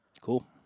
Cool